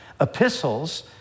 epistles